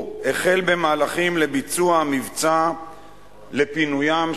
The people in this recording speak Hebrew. החל במהלכים לביצוע המבצע לפינוים,